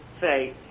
say